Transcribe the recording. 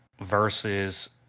versus